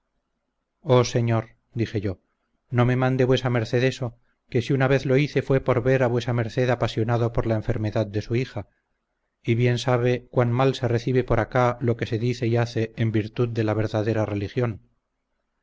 oh señor dije yo no me mande vuesa merced eso que si una vez lo hice fue por ver a vuesa merced apasionado por la enfermedad de su hija y bien sabe cuán mal se recibe por acá lo que se dice y hace en virtud de la verdadera religión